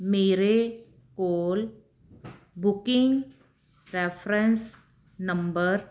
ਮੇਰੇ ਕੋਲ booking reference number